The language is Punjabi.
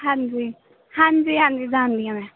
ਹਾਂਜੀ ਹਾਂਜੀ ਹਾਂਜੀ ਜਾਣਦੀ ਹਾਂ ਮੈਂ